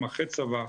גם אחרי צבא,